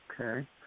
Okay